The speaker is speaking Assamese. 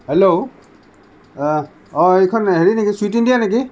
হেল্ল' অঁ এইখন হেৰি নেকি চুইট ইণ্ডিয়া নেকি